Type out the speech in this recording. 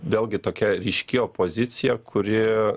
vėlgi tokia ryški opozicija kuri